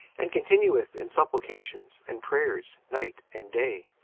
and continueth in supplications and prayers night and day.